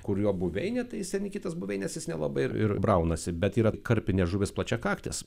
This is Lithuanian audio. kur jo buveinė tai jis ten į kitas buveines jis nelabai ir ir braunasi bet yra karpinė žuvis plačiakaktis